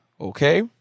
Okay